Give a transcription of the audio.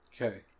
Okay